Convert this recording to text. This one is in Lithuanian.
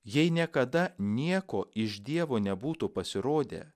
jei niekada nieko iš dievo nebūtų pasirodę